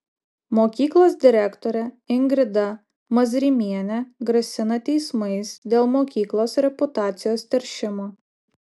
mokyklos direktorė ingrida mazrimienė grasina teismais dėl mokyklos reputacijos teršimo